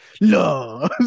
no